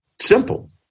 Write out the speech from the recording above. Simple